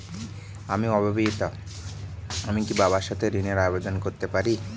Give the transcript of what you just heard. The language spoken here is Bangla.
আমি অবিবাহিতা আমি কি বাবার সাথে ঋণের আবেদন করতে পারি?